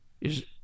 Is